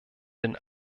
den